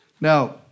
Now